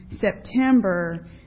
September